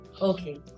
Okay